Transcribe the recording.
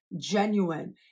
genuine